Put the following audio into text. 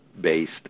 based